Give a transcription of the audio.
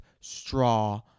straw